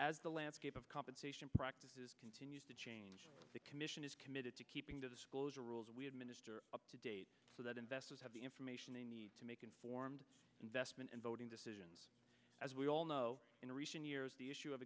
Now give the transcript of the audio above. as the landscape of compensation practices continues to change the commission is committed to keeping to disclose a rules we administer up to date so that investors have the information they need to make informed investment in voting decisions as we all know in recent years the issue of